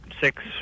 six